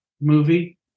movie